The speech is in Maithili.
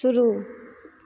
शुरू